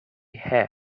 have